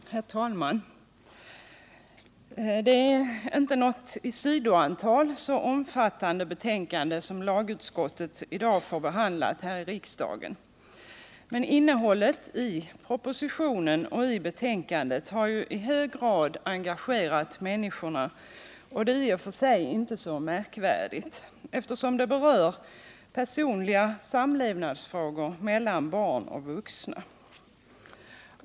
Herr talman! Det är inte något i sidantal omfattande betänkande som lagutskottet i dag får behandlat i riksdagen. Men innehållet i proposition och betänkande har i hög grad engagerat människorna, och det är i och för sig inte så märkvärdigt, eftersom det berör personliga samlevnadsfrågor mellan barn och vuxna.